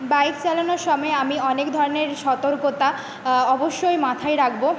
bike চালানোর সময় আমি অনেক ধরনের সতর্কতা অবশ্যই মাথায় রাখবো